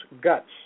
guts